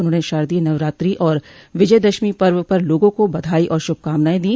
उन्होंने शारदीय नवरात्रि और विजयदशमी पर्व पर लोगों को बधाई और श्रभकामाएं दी